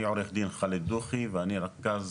אני עו"ד, אני רכז